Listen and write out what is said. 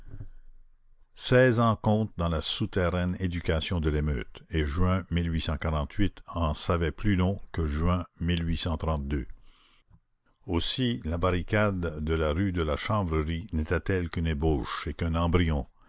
seize ans comptent dans la souterraine éducation de l'émeute et juin en savait plus long que juin aussi la barricade de la rue de la chanvrerie n'était-elle qu'une ébauche et qu'un embryon